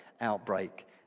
outbreak